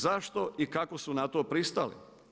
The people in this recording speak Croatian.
Zašto i kako su na to pristali?